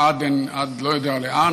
עד לא יודע לאן.